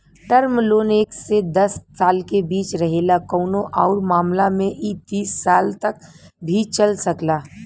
term loan एक से दस साल के बीच रहेला कउनो आउर मामला में इ तीस साल तक भी चल सकला